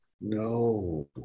no